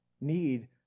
need